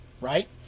right